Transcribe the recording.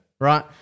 right